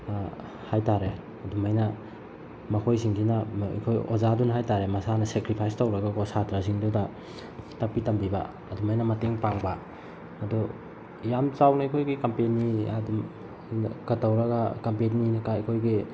ꯍꯥꯏ ꯇꯥꯔꯦ ꯑꯗꯨꯃꯥꯏꯅ ꯃꯈꯣꯏꯁꯤꯡꯁꯤꯅ ꯑꯩꯈꯣꯏ ꯑꯣꯖꯥꯗꯨꯅ ꯍꯥꯏ ꯇꯥꯔꯦ ꯃꯁꯥꯅ ꯁꯦꯀ꯭ꯔꯤꯐꯥꯏꯁ ꯇꯧꯔꯒꯀꯣ ꯁꯥꯇ꯭ꯔꯁꯤꯡꯗꯨꯗ ꯇꯥꯛꯄꯤ ꯇꯝꯕꯤꯕ ꯑꯗꯨꯃꯥꯏꯅ ꯃꯇꯦꯡ ꯄꯥꯡꯕ ꯑꯗꯨ ꯌꯥꯝꯅ ꯆꯥꯎꯅ ꯑꯩꯈꯣꯏꯒꯤ ꯀꯝꯄꯦꯅꯤ ꯑꯗꯨꯝ ꯀ ꯇꯧꯔꯒ ꯀꯝꯄꯦꯅꯤꯀ ꯑꯩꯈꯣꯏꯒꯤ